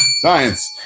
science